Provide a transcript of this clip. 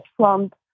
Trump